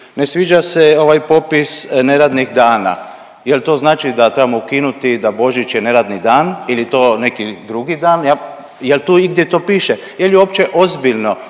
Ne sviđa se ovaj popis neradnih dana. Jel to znači da trebamo ukinuti da Božić je neradni dan ili je to neki drugi dan, jel tu igdje to piše? Je li uopće ozbiljno